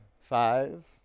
Five